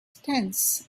tense